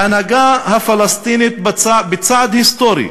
ההנהגה הפלסטינית, בצעד היסטורי